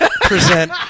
present